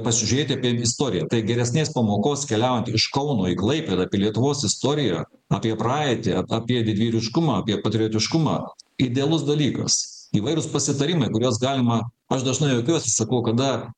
pasižiūrėti apie istoriją tai geresnės pamokos keliaujant iš kauno į klaipėdą apie lietuvos istoriją apie praeitį apie didvyriškumą apie patriotiškumą idealus dalykas įvairūs pasitarimai kuriuos galima aš dažnai juokiuosi sakau kada